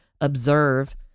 observe